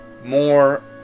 More